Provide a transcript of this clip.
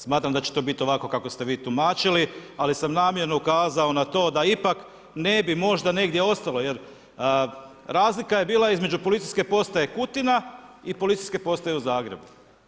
Smatram da će to biti ovako kako ste vi tumačili, ali sam namjerno ukazao na to da ipak ne bi možda negdje ostalo, jer razlika je bila između Policijske postaje Kutina i Policijske postaje u Zagrebu.